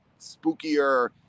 spookier